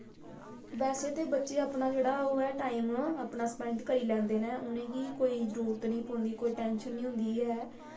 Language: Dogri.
बैसे ते बच्चे अपना जेह्ड़ा ओह् ऐ टाईम अपना स्पैंड करी लैंदे नै उनेंगी कोई जरूरत नी पौंदी कोई टैंन्शन नी होंदी ऐ